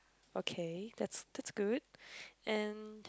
okay that that's good and